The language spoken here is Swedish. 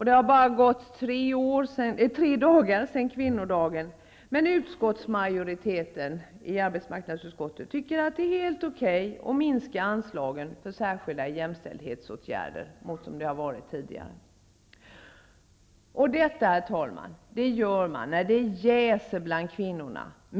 Det har bara gått tre dagar sedan Kvinnodagen, men majoriteten i arbetsmarknadsutskottet tycker att det är helt okej att minska anslagen för särskilda jämställdhetsåtgärder jämfört med vad som gällt tidigare. Och detta, herr talman, gör man när det jäser bland kvinnorna.